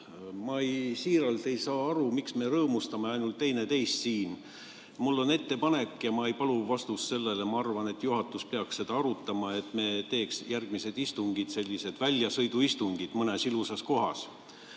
Ma siiralt ei saa aru, miks me rõõmustame ainult teineteist siin. Mul on ettepanek – ja ma ei palu vastust sellele, aga ma arvan, et juhatus peaks seda arutama –, et me teeksime järgmised istungid sellised väljasõiduistungid mõnes ilusas kohas.